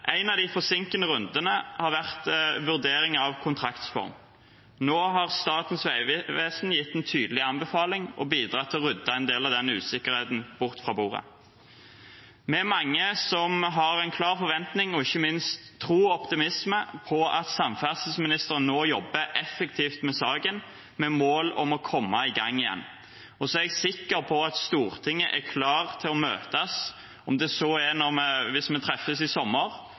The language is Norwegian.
En av de forsinkende rundene har vært vurdering av kontraktsform. Nå har Statens vegvesen gitt en tydelig anbefaling og bidratt til å rydde en del av den usikkerheten bort fra bordet. Vi er mange som har en klar forventning og ikke minst tro på og optimisme rundt at samferdselsministeren nå jobber effektivt med saken, med mål om å komme i gang igjen. Jeg er også sikker på at Stortinget er klar til å møtes, om det så er